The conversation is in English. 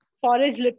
forage